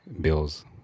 bills